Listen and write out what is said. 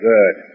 Good